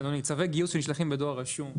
אדוני, צווי גיוס נשלחים בדואר רשום.